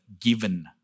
given